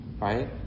right